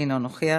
אינו נוכח,